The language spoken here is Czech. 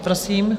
Prosím.